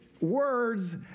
words